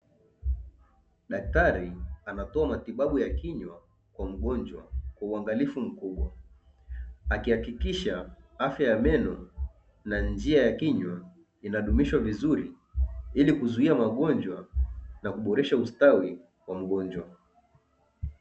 Daktari anatoa matibabu ya kinywa kwa mgonjwa kwa uangalifu mkubwa, akihakikisha afya ya meno na njia ya kinywa inadumishwa vizuri ili kuzuia magonjwa na kudumisha ustawi wa mgonjwa.